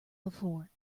before